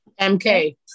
MK